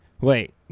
Wait